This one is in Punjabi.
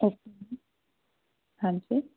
ਓਕੇ ਮੈਮ ਹਾਂਜੀ